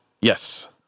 Yes